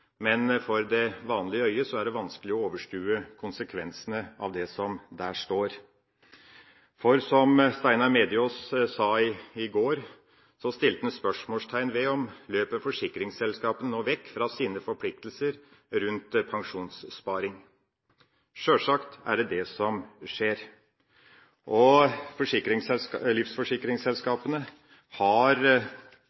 men for det vanlige øye er det vanskelig å overskue konsekvensene av det som står der. I går satte Steinar Mediaas spørsmålstegn ved om forsikringsselskapene nå løper vekk fra sine forpliktelser rundt pensjonssparing. Sjølsagt er det det som skjer. Livsforsikringsselskapene har tatt vare på om lag 450 mrd. kr av pensjonistenes sparepenger, og